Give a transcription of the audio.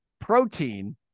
protein